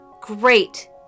Great